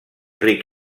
ric